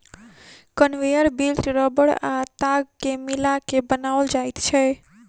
conveyor belt रबड़ आ ताग के मिला के बनाओल जाइत छै